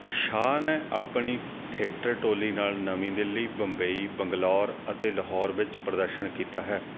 ਸ਼ਾਹ ਨੇ ਆਪਣੀ ਥੀਏਟਰ ਟੋਲੀ ਨਾਲ ਨਵੀਂ ਦਿੱਲੀ ਬੰਬਈ ਬੰਗਲੌਰ ਅਤੇ ਲਾਹੌਰ ਵਿੱਚ ਪ੍ਰਦਰਸ਼ਨ ਕੀਤਾ ਹੈ